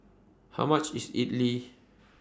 How much IS Idili